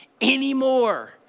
anymore